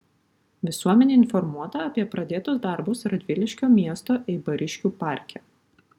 visuomenė informuota apie pradėtus darbus radviliškio miesto eibariškių parke